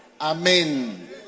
amen